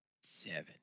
Seven